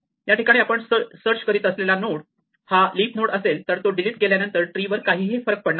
या ठिकाणी आपण सर्च करीत असलेला नोड हा लिफ नोड असेल तर तो डिलीट केल्यानंतर ट्री वर काहीही फरक पडणार नाही